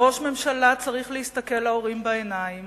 ראש ממשלה צריך להסתכל להורים בעיניים